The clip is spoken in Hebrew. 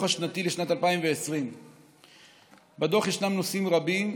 השנתי לשנת 2020. בדוח יש נושאים רבים,